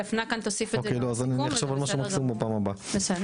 דפנה כאן תוסיף את זה לסיכום וזה בסדר